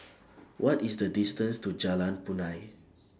What IS The distance to Jalan Punai